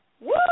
Woo